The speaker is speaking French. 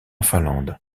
finlande